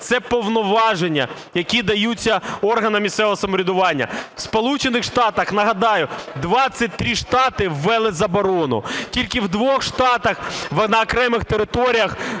це повноваження, які даються органам місцевого самоврядування. В Сполучених Штатах, нагадаю, 23 штати ввели заборону. Тільки в двох штатах на окремих територіях